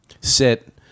sit